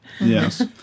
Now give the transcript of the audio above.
Yes